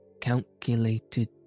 calculated